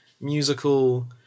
musical